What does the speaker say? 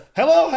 hello